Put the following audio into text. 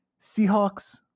Seahawks